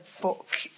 book